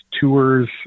tours